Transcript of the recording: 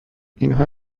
اینها